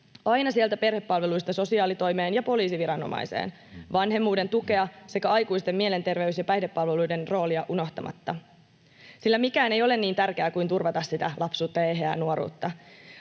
aina sieltä perhepalveluista sosiaalitoimeen ja poliisiviranomaiseen, vanhemmuuden tukea sekä aikuisten mielenterveys‑ ja päihdepalveluiden roolia unohtamatta, sillä mikään ei ole niin tärkeää kuin turvata sitä lapsuutta ja eheää nuoruutta.